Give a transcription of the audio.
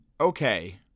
okay